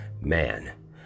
man